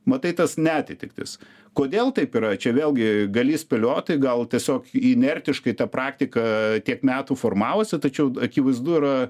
matai tas neatitiktis kodėl taip yra čia vėlgi gali spėlioti gal tiesiog inertiškai ta praktika tiek metų formavosi tačiau akivaizdu yra